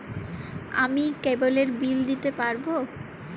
আমি কেবলের বিল দিতে পারবো?